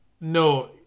No